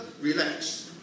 relax